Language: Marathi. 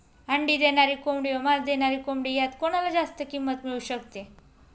अंडी देणारी कोंबडी व मांस देणारी कोंबडी यात कोणाला जास्त किंमत मिळू शकते?